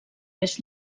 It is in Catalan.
més